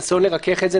בניסיון לרכך את זה.